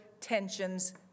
tensions